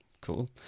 Cool